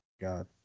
God